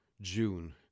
June